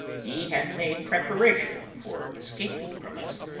he had made preparation for escaping from us.